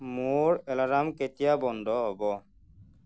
মোৰ এলাৰ্ম কেতিয়া বন্ধ হয়